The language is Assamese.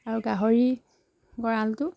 আৰু গাহৰি গঁৰালটো